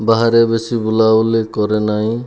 ବାହାରେ ବେଶି ବୁଲା ବୁଲି କରେନାହିଁ